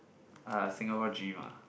ah Singapore dream ah